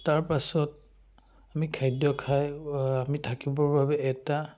তাৰপাছত আমি খাদ্য খাই আমি থাকিবৰ বাবে এটা